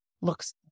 looks